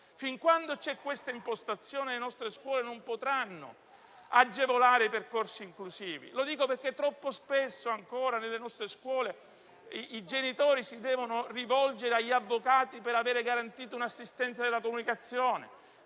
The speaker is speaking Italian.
Fin quando ci sarà questa impostazione le nostre scuole non potranno agevolare percorsi inclusivi. Lo dico perché ancora troppo spesso nelle nostre scuole i genitori si devono rivolgere agli avvocati per avere garantita un'assistenza nella comunicazione,